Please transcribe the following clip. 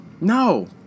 No